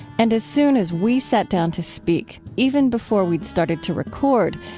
and as soon as we sat down to speak, even before we'd started to record,